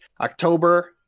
October